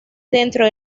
dentro